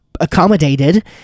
accommodated